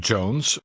Jones